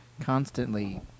constantly